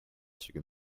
chicken